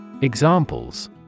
Examples